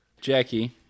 Jackie